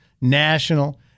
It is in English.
National